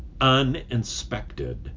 uninspected